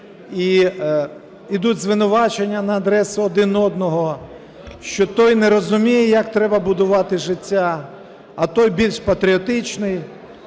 йдуть звинувачення на адресу один одного, що той не розуміє, як треба будувати життя, а той більш патріотичний.